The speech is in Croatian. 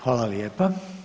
Hvala lijepa.